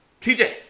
TJ